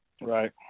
Right